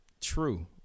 True